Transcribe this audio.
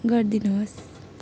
गरिदिनु होस्